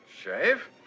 Shave